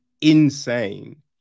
insane